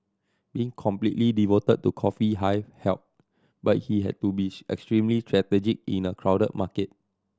being completely devoted to Coffee Hive helped but he had to be extremely strategic in a crowded market